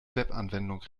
webanwendung